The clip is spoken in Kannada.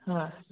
ಹಾಂ